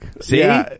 See